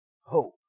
hope